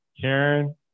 Karen